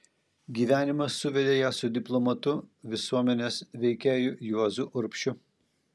gyvenimas suvedė ją su diplomatu visuomenės veikėju juozu urbšiu